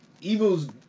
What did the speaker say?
evil's